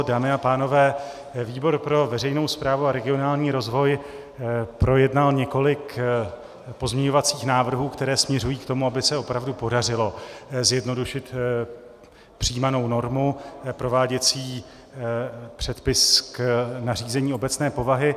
Dámy a pánové, výbor pro veřejnou správu a regionální rozvoj projednal několik pozměňovacích návrhů, které směřují k tomu, aby se opravdu podařilo zjednodušit přijímanou normu, prováděcí předpis k nařízení obecné povahy.